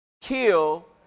kill